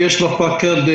הפנים.